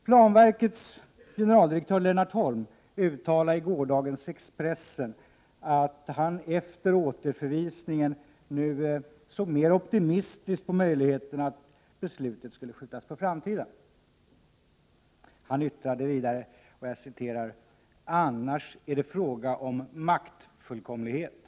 Planverkets generaldirektör Lennart Holm uttalade i gårdagens Expressen att han efter återförvisningen nu såg mer optimistiskt på möjligheten att beslutet skulle skjutas på framtiden. Han yttrade vidare: ”Annars är det fråga om maktfullkomlighet.